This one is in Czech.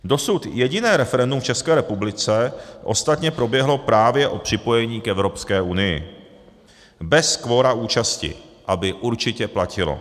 Dosud jediné referendum v České republice ostatně proběhlo právě o připojení k Evropské unii, bez kvora účasti, aby určitě platilo.